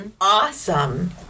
awesome